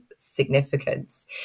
significance